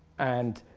and